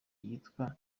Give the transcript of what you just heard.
yitwa